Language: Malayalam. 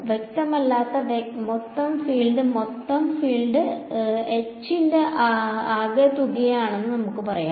വ്യക്തമല്ലാത്ത മൊത്തം ഫീൽഡ് മൊത്തം ഫീൽഡ് H ന്റെ ആകെത്തുകയാണെന്ന് നമുക്ക് പറയാം